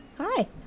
Hi